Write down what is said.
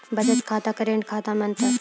बचत खाता करेंट खाता मे अंतर?